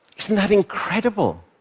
isn't that incredible?